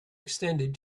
extended